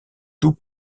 tout